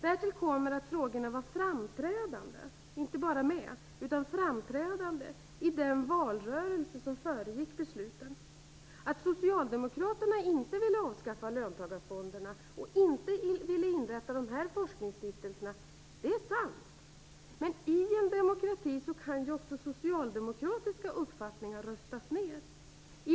Därtill kommer att frågorna inte bara fanns med utan var framträdande i den valrörelse som föregick besluten. Att socialdemokraterna inte ville avskaffa löntagarfonderna och inte inrätta dessa forskningsstiftelser är sant, men också socialdemokratiska uppfattningar röstas ned i en demokrati.